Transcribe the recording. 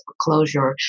closure